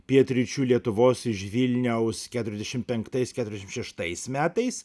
pietryčių lietuvos iš vilniaus keturiasdešimt penktais keturiasdešimt šeštais metais